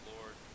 Lord